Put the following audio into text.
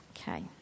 Okay